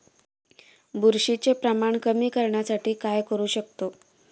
बुरशीचे प्रमाण कमी करण्यासाठी काय करू शकतो?